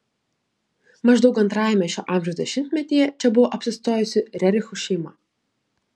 maždaug antrajame šio amžiaus dešimtmetyje čia buvo apsistojusi rerichų šeima